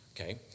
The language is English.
Okay